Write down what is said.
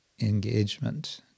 engagement